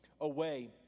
away